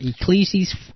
Ecclesiastes